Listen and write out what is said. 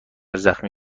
زخمی